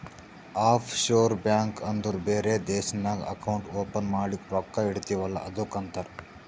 of sure bank ಅಂದುರ್ ಬೇರೆ ದೇಶ್ನಾಗ್ ಅಕೌಂಟ್ ಓಪನ್ ಮಾಡಿ ರೊಕ್ಕಾ ಇಡ್ತಿವ್ ಅಲ್ಲ ಅದ್ದುಕ್ ಅಂತಾರ್